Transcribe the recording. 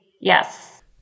yes